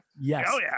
Yes